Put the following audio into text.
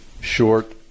short